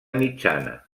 mitjana